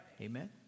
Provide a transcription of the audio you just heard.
Amen